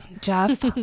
Jeff